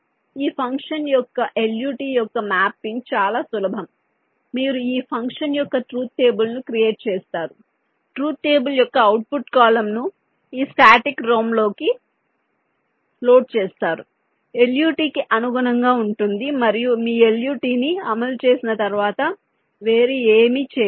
కాబట్టి ఈ ఫంక్షన్ యొక్క LUT యొక్క మ్యాపింగ్ చాలా సులభం మీరు ఈ ఫంక్షన్ యొక్క ట్రూత్ టేబుల్ను క్రియేట్ చేస్తారు ట్రూత్ టేబుల్ యొక్క అవుట్పుట్ కాలమ్ను ఈ స్టాటిక్ RAM లోకి లోడ్ చేస్తారు LUT కి అనుగుణంగా ఉంటుంది మరియు మీ LUT ని అమలు చేసిన తర్వాత వేరే ఏమీ చేయకూడదు